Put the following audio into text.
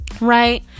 right